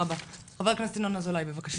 חבר הכנסת ינון אזולאי, בבקשה